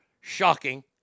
shocking